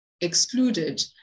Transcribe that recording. excluded